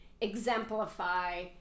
exemplify